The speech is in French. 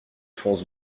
fonce